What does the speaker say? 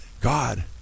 God